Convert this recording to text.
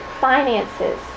Finances